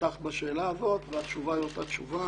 פתחת בשאלה הזאת, והתשובה היא אותה תשובה.